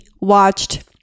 watched